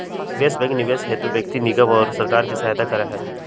निवेश बैंक निवेश हेतु व्यक्ति निगम और सरकार के सहायता करा हई